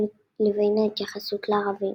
לבין ההתייחסות לערבים